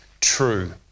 true